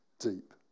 Deep